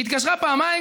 היא התקשרה פעמיים,